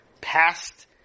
past